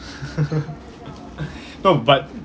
no but